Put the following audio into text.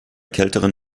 kälteren